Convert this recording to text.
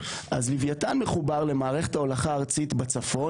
אז לווייתן מחובר למערכת ההולכה הארצית בצפון.